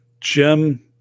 Jim